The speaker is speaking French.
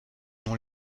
non